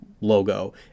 logo